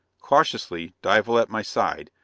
cautiously, dival at my side,